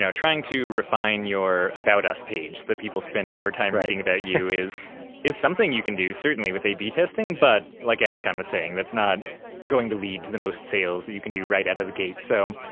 so trying to refine your about us page that people spend more time reading about you is is something that you can do certainly with a b testing, but like ashkahn was saying, that's not going to lead to the most sales that you can do right out of the gate. so